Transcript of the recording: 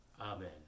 Amen